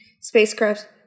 spacecraft